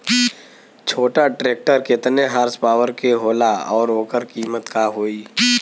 छोटा ट्रेक्टर केतने हॉर्सपावर के होला और ओकर कीमत का होई?